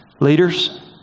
Leaders